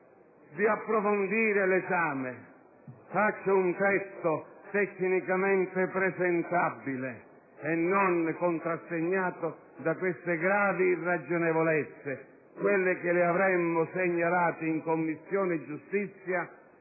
di approfondire l'esame; presenti un testo tecnicamente accettabile e non contrassegnato da queste gravi irragionevolezze, quelle che le avremmo segnalato in Commissione giustizia